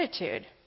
attitude